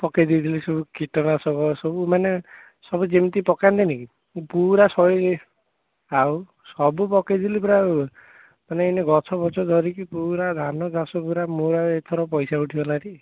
ପକେଇ ଦେଇଥିଲି ସବୁ କୀଟନାଶକ ସବୁମାନେ ସବୁ ଯେମିତି ପକାନ୍ତିନି କି ପୁରା ସହି ଆଉ ସବୁ ପକେଇଥିଲି ପୁରା ମାନେ ଏଇନେ ଗଛଫଛ ଧରିକି ପୁରା ଧାନ ଚାଷ ପୁରା ମୋର ଏଥର ପଇସା ଉଠିଗଲା ଟି